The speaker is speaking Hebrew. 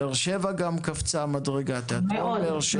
באר שבע גם קפצה מדרגה, תיאטרון באר שבע.